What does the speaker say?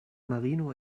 marino